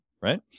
right